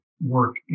work